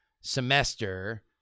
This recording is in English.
semester